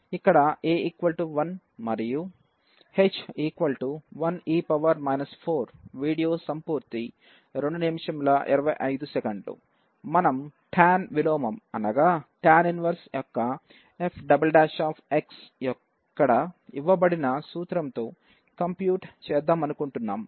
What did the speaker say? ఇక్కడ a1 మరియు hహ్ 1e 4 మనం టాన్ విలోమం యొక్క f " ఇక్కడ ఇవ్వబడిన సూత్రంతో కంప్యూట్ చేద్దామనుకుంటున్నాం